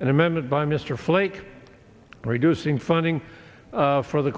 an amendment by mr flake reducing funding for the